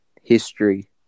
history